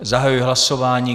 Zahajuji hlasování.